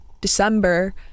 December